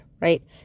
right